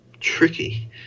Tricky